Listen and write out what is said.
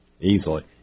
easily